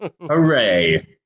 Hooray